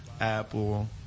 Apple